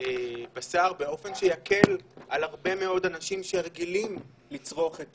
בשר באופן שיקל על הרבה מאוד אנשים שרגילים לצרוך את